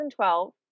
2012